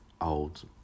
old